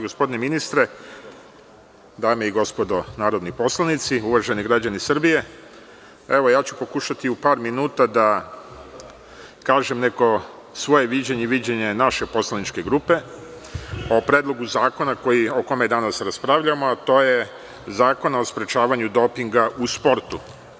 Gospodine ministre, dame i gospodo narodni poslanici, uvaženi građani Srbije, evo ja ću pokušati u par minuta da kažem neko svoje viđenje i viđenje naše poslaničke grupe o Predlogu zakona o kome danas raspravljamo, a to je Zakon o sprečavanju dopinga u sportu.